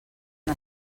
una